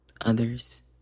others